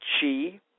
chi